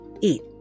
Eat